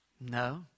No